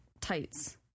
tights